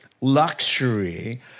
luxury